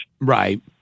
Right